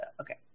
Okay